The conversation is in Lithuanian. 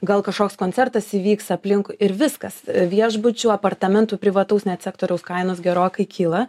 gal kažkoks koncertas įvyks aplinkui ir viskas viešbučių apartamentų privataus net sektoriaus kainos gerokai kyla